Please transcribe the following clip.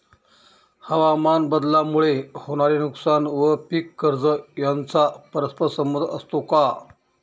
हवामानबदलामुळे होणारे नुकसान व पीक कर्ज यांचा परस्पर संबंध असतो का?